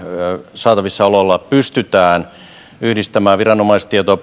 saatavissa ololla pystytään yhdistämään viranomaistietoja